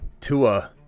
tua